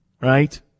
right